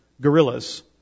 guerrillas